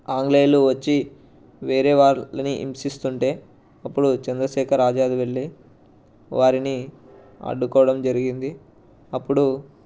ఆంగ్లేయులు వచ్చి వేరే వాళ్ళని హింసిస్తుంటే అప్పుడు చంద్రశేఖర్ ఆజాద్ వెళ్లి వారిని అడ్డుకోవడం జరిగింది అప్పుడు